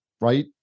right